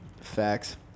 facts